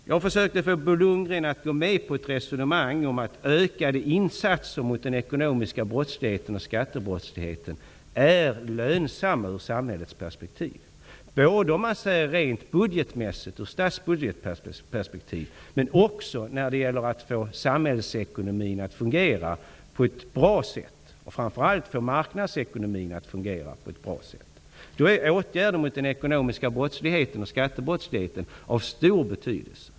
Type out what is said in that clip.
Jag försökte att få Bo Lundgren med på ett resonemang om att ökade insatser mot den ekonomiska brottsligheten och skattebrottsligheten är lönsamma ur ett samhällsperspektiv, både rent statsbudgetmässigt och när det gäller att få samhällsekonomin -- och framför allt marknadsekonomin -- att fungera på ett bra sätt. Då är åtgärder mot den ekonomiska brottsligheten och skattebrottsligheten av stor betydelse.